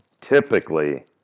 typically